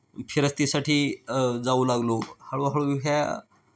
फिरस्तीसाठी जाऊ लागलो हळूहळू ह्या